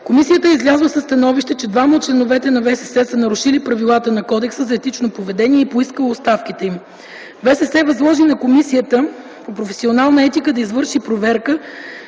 Комисията е излязла със становище, че двама от членовете на ВСС са нарушили правилата на Кодекса за етично поведение и е поискала оставките им. ВСС възложи на Комисията по професионална етика да извърши проверка